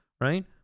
Right